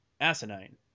asinine